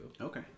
Okay